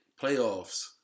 playoffs